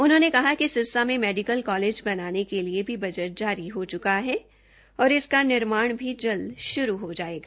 उन्होंने कहा कि सिरसा में मेडिकल कालेज बनाने के लिए भी बजट जारी हो च्का है और इसका निर्माण भी जल्द श्रू हो जायेंगा